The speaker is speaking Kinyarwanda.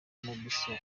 mobisol